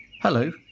Hello